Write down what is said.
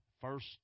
first